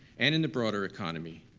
and in the broader economy,